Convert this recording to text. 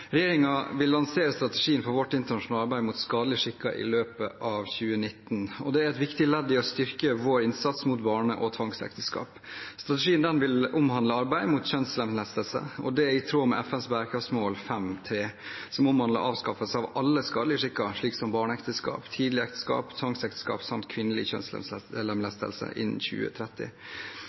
vil lansere strategien for vårt internasjonale arbeid mot skadelige skikker i løpet av 2019. Dette er et viktig ledd i å styrke vår innsats mot barne- og tvangsekteskap. Strategien vil også omhandle arbeidet mot kjønnslemlestelse. Dette er i tråd med FNs bærekraftsmål 5.3, som omhandler avskaffelse av alle skadelige skikker, slik som barneekteskap, tidlige ekteskap, tvangsekteskap samt kvinnelig kjønnslemlestelse, innen 2030.